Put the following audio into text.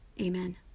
Amen